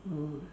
oh